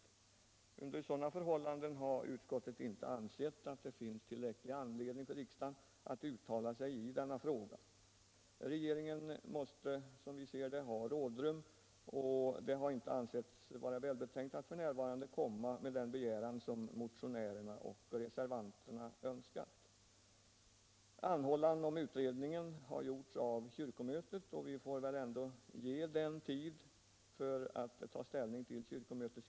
Utskottet har under sådana förhållanden inte ansett att det finns tillräcklig anledning för riksdagen att uttala sig i denna fråga. Regeringen måste som vi ser det ha rådrum, och det har inte ansetts vara välbetänkt att f. n. komma med den begäran som reservanterna och motionärerna önskar. Anhållan om en utredning har gjorts av kyrkomötet, och vi får rimligen avvakta tills regeringen fått tid att ta ställning till denna anhållan.